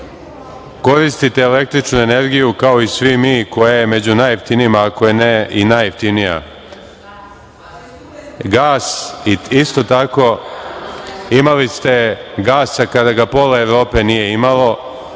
koristite električnu energiju kao i svi mi koja je među najjeftinijima ako ne i najjeftinija, gas isto tako. Imali ste gas kada ga pola Evrope nije imalo,